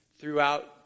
throughout